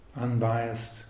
Unbiased